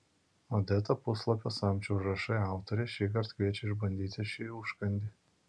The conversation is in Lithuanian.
odeta puslapio samčio užrašai autorė šįkart kviečia išbandyti šį užkandį